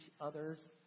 others